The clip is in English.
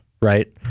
right